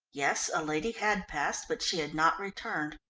yes, a lady had passed, but she had not returned.